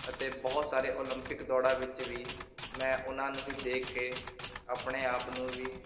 ਅਤੇ ਬਹੁਤ ਸਾਰੇ ਓਲੰਪਿਕ ਦੌੜਾਂ ਵਿੱਚ ਵੀ ਮੈਂ ਉਹਨਾਂ ਨੂੰ ਹੀ ਦੇਖ ਕੇ ਆਪਣੇ ਆਪ ਨੂੰ ਵੀ